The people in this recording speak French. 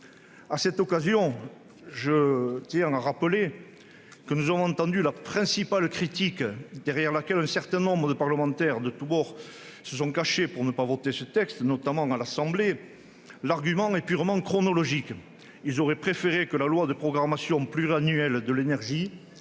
À cette occasion, nous avons entendu la principale critique derrière laquelle un certain nombre de parlementaires de tous bords se sont abrités pour ne pas voter ce texte, notamment à l'Assemblée nationale. Leur argument est purement chronologique : ils auraient préféré que la loi de programmation pluriannuelle de l'énergie